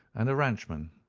and a ranchman.